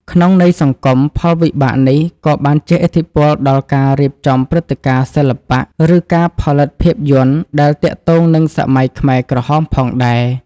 ក្នុងន័យសង្គម ផលវិបាកនេះក៏បានជះឥទ្ធិពលដល់ការរៀបចំព្រឹត្តិការណ៍សិល្បៈ ឬការផលិតភាពយន្តដែលទាក់ទងនឹងសម័យខ្មែរក្រហមផងដែរ។